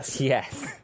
Yes